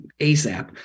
ASAP